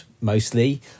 mostly